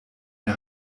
wer